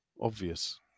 obvious